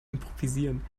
improvisieren